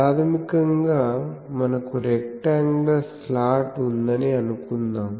ప్రాథమికంగా మనకు rectangular slot ఉందని అనుకుందాం